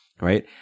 right